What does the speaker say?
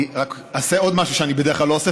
רק אעשה עוד דבר שאני בדרך כלל לא עושה,